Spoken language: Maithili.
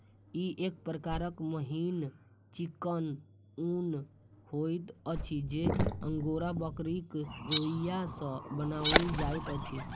ई एक प्रकारक मिहीन चिक्कन ऊन होइत अछि जे अंगोरा बकरीक रोंइया सॅ बनाओल जाइत अछि